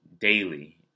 daily